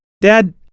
Dad